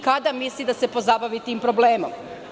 Kada misli da se pozabavi tim problemom?